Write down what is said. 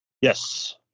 Yes